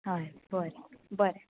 हय बरें बरें